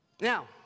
Now